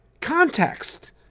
context